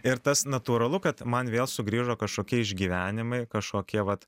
ir tas natūralu kad man vėl sugrįžo kažkokie išgyvenimai kažkokie vat